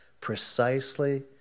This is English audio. precisely